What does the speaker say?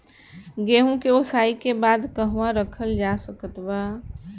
गेहूँ के ओसाई के बाद कहवा रखल जा सकत बा?